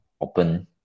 open